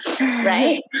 right